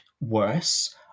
worse